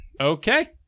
Okay